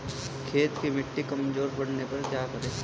खेत की मिटी कमजोर पड़ने पर क्या करें?